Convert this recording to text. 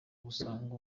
gusanga